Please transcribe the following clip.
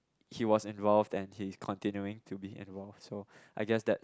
he was involve and he is continuing to be involve so I guess that